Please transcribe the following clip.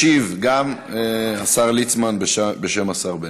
ישיב, גם כאן, השר ליצמן בשם השר בנט.